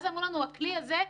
אז אמרו לנו, הכלי הזה,